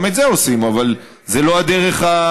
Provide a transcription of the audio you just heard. גם את זה עושים, אבל זו לא הדרך היחידה.